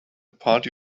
party